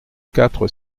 quatre